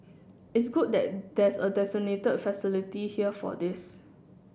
it's good that there's a designated facility here for this